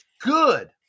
good